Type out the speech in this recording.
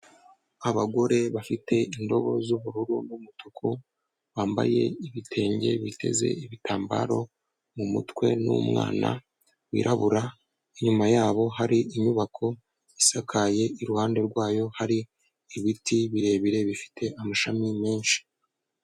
Abagore bafite indobo z'ubururu n'umutuku, bambaye ibitenge, biteze ibitambaro mu mutwe n'umwana wirabura, inyuma yabo hari inyubako isakaye, iruhande rwayo hari ibiti birebire bifite amashami menshi.